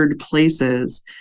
places